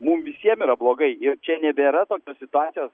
mum visiem yra blogai ir čia nebėra tokios situacijos